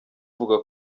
uvuga